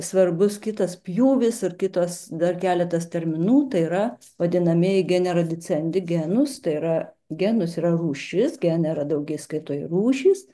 svarbus kitas pjūvis ir kitos dar keletas terminų tai yra vadinamieji geners dicendi genus tai yra genus yra rūšis genera daugiskaitoj rūšys